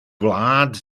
gwlad